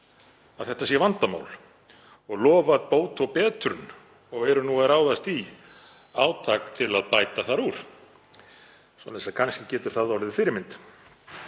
að þetta sé vandamál og lofað bót og betrun og eru nú að ráðast í átak til að bæta þar úr, svoleiðis að kannski getur það orðið fyrirmynd.